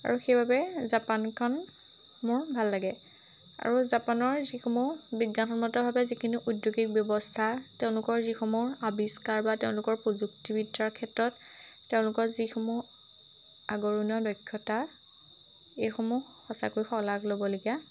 আৰু সেইবাবে জাপানখন মোৰ ভাল লাগে আৰু জাপানৰ যিসমূহ বিজ্ঞানসন্মতভাৱে যিখিনি উদ্যোগিক ব্যৱস্থা তেওঁলোকৰ যিসমূহ আৱিষ্কাৰ বা তেওঁলোকৰ প্ৰযুক্তিবিদ্যাৰ ক্ষেত্ৰত তেওঁলোকৰ যিসমূহ আগৰণুৱা দক্ষতা এইসমূহ সঁচাকৈ শলাগ ল'বলগীয়া